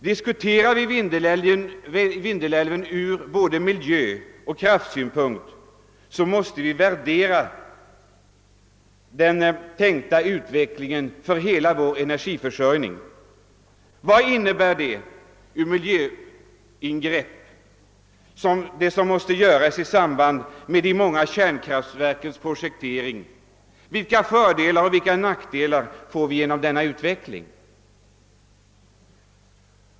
Diskuterar vi Vindelälven ur både miljöoch vattenkraftsynpunkt måste vi också värdera den tänkta utvecklingen för hela vår energiförsörjning. Vad innebär i fråga om miljöingrepp det som måste göras i samband med de många kärnkraftverkens projektering? Vilka fördelar och nackdelar får vi genom denna utveckling?